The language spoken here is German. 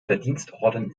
verdienstorden